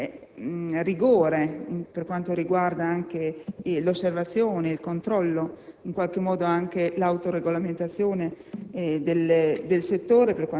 un enorme rigore per quanto riguarda l'osservazione e il controllo e, in qualche modo, l'autoregolamentazione